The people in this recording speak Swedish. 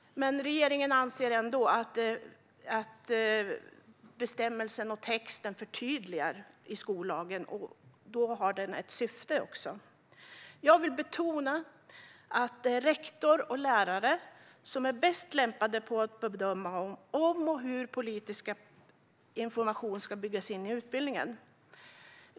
Men regeringen anser ändå att bestämmelsen och texten förtydligar skollagen och därmed har ett syfte. Jag vill betona att det är rektor och lärare som är bäst lämpade att bedöma om och hur politisk information ska byggas in i utbildningen.